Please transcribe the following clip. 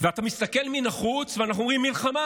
ואתה מסתכל מן החוץ, ואנחנו רואים מלחמה.